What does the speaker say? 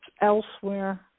elsewhere